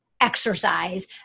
exercise